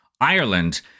ireland